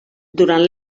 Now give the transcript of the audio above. durant